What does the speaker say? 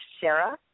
Sarah